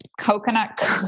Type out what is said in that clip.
Coconut